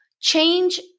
change